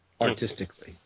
artistically